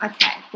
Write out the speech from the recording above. Okay